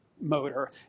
motor